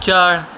ਚਾਲ